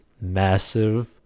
massive